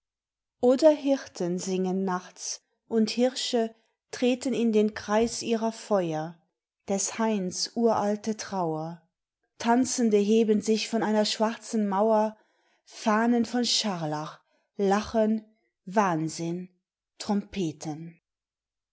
oder hirten singen nachts und hirsche treten in den kreis ihrer feuer des hains uralte trauer tanzende heben sich von einer schwarzen mauer fahnen von scharlach lachen wahnsinn trompeten